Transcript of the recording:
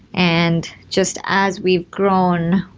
and just as we've grown,